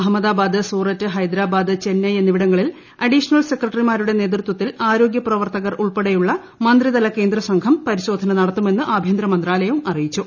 അഹമ്മദാബാദ് സൂററ്റ് ഹൈദ്രാബാദ് ചെന്നൈ എന്നിവിടങ്ങളിൽ അഡീഷണൽ സെക്രട്ടറിമാരുടെ നേതൃത്വത്തിൽ ആരോഗ്യപ്രവർത്തകർ ഉൾപ്പെടെയുള്ള മന്ത്രിതല കേന്ദ്രസംഘം പരിശോധന നടത്തുമെന്നും ് ആഭ്യന്തരമന്ത്രാലയവും അറിയിച്ചു